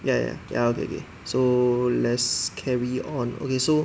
ya ya ya okay okay so let's carry on okay so